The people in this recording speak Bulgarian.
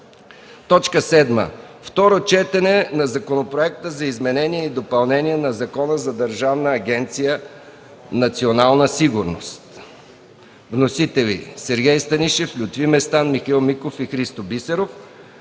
7. Второ четене на Законопроекта за изменение и допълнение на Закона за Държавна агенция „Национална сигурност”. Вносители: Сергей Станишев, Лютви Местан, Михаил Миков и Христо Бисеров.